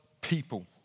people